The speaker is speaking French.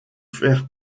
faire